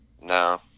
No